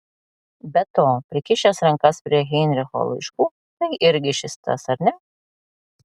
be to prikišęs rankas prie heinricho laiškų tai irgi šis tas ar ne